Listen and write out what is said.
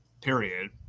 period